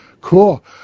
Cool